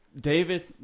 David